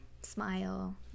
smile